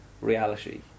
reality